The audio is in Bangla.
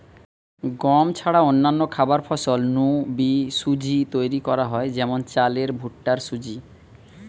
গম ছাড়া অন্যান্য খাবার ফসল নু বি সুজি তৈরি করা হয় যেমন চালের ভুট্টার সুজি